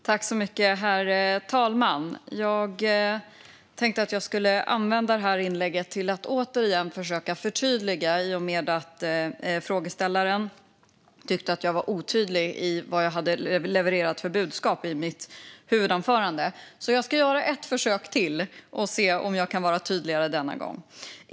Herr talman! Jag tänkte använda det här inlägget till att försöka förtydliga mig, eftersom frågeställaren tyckte att jag var otydlig i vad jag hade levererat för budskap i mitt huvudanförande. Jag ska göra ett försök till och se om jag kan vara tydligare denna gång.